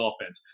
offense